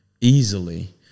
easily